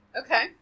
Okay